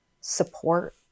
support